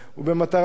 ובמטרה,